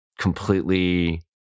completely